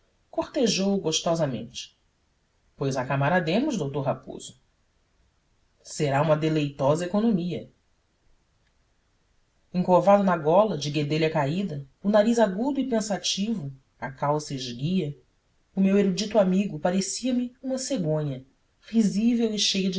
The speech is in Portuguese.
cortejou gostosamente pois acamarademos d raposo será uma deleitosa economia encovado na gola de guedelha caída o nariz agudo e pensativo a calça esguia o meu erudito amigo parecia-me uma cegonha risível e cheia